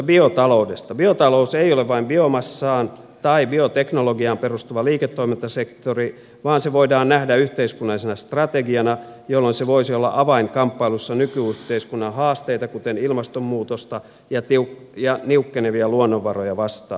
biotalous ei ole vain biomassaan tai bioteknologiaan perustuva liiketoimintasektori vaan se voidaan nähdä yhteiskunnallisena strategiana jolloin se voisi olla avain kamppailussa nyky yhteiskunnan haasteita kuten ilmastonmuutosta ja niukkenevia luonnonvaroja vastaan